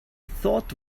thought